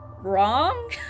wrong